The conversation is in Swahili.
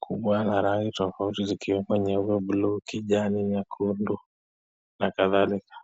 kubwa na rangi tofauti zikiwa bluu, kijani nyekundu na kadhalika.